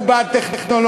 והוא בעד טכנולוגיה.